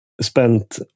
spent